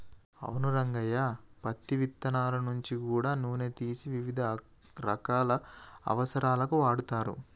అవును రంగయ్య పత్తి ఇత్తనాల నుంచి గూడా నూనె తీసి వివిధ రకాల అవసరాలకు వాడుతరు